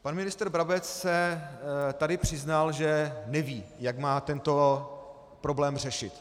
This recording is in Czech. Pan ministr Brabec se tady přiznal, že neví, jak má tento problém řešit.